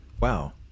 Wow